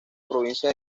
provincia